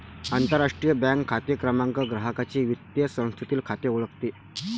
आंतरराष्ट्रीय बँक खाते क्रमांक ग्राहकाचे वित्तीय संस्थेतील खाते ओळखतो